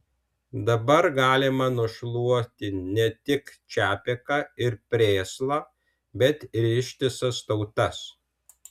dabar galima nušluoti ne tik čapeką ir prėslą bet ir ištisas tautas